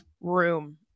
room